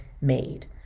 made